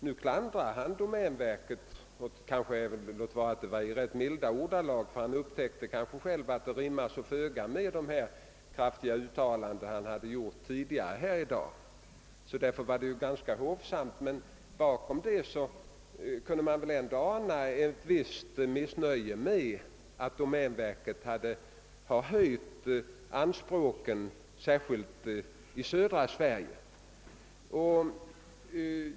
Nu klandrar han domänverket, låt vara i ganska milda ordalag — han upptäckte kanske själv hur föga detta rimmade med hans tidigare kraftiga uttalanden här i dag. Bakom hans rätt hovsamma krav kunde man ändå ana ett visst missnöje med att domänverket har höjt sina anspråk, särskilt i södra Sverige.